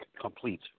complete